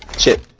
ship